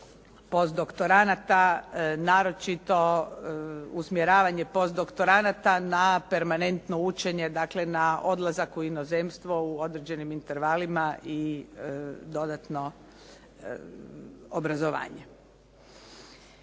posdoktoranata, naročito usmjeravanje posdoktoranata na permanentno učenje, dakle na odlazak u inozemstvo u određenim intervalima i dodatno obrazovanje.